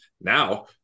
now